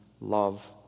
love